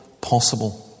possible